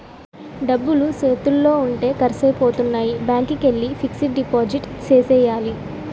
డబ్బులు సేతిలో ఉంటే ఖర్సైపోతాయి బ్యాంకికెల్లి ఫిక్సడు డిపాజిట్ సేసియ్యాల